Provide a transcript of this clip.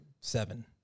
seven